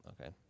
okay